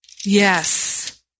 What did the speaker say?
Yes